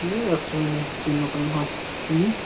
এই আছোঁ এনেই কিনো কৰিম হয় তুমি